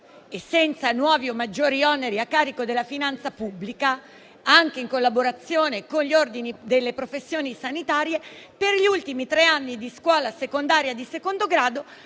senza nuovi o maggiori oneri a carico della finanza pubblica, anche in collaborazione con gli ordini delle professioni sanitarie, per gli ultimi tre anni di scuola secondaria di secondo grado,